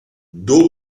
dopo